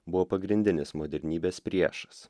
buvo pagrindinis modernybės priešas